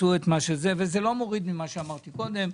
זה לא מוריד ממה שאמרתי קודם,